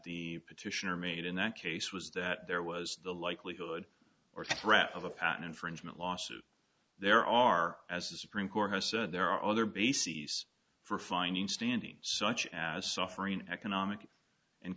the petitioner made in that case was that there was the likelihood or threat of a patent infringement lawsuit there are as the supreme court has said there are other bases for fining standing such as suffering an economic and